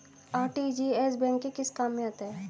RTGS bank के किस काम में आता है?